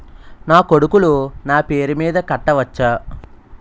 నా కొడుకులు నా పేరి మీద కట్ట వచ్చా?